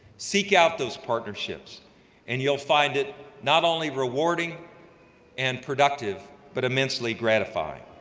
seek out those partnerships and you'll find it not only rewarding and productive, but immensely gratifying,